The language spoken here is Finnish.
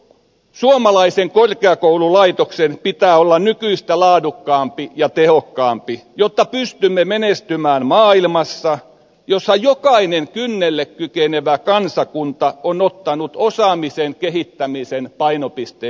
koko suomalaisen korkeakoululaitoksen pitää olla nykyistä laadukkaampi ja tehokkaampi jotta pystymme menestymään maailmassa jossa jokainen kynnelle kykenevä kansakunta on ottanut osaamisen kehittämisen painopisteekseen